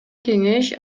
кеңеш